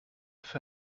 für